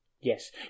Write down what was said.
Yes